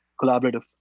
collaborative